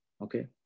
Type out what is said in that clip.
Okay